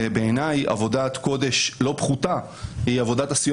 ובעיני עבודת קודש לא פחותה היא עבודת הסיוע